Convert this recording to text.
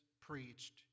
preached